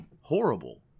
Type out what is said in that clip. horrible